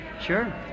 Sure